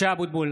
(קורא בשמות חברי הכנסת) משה אבוטבול,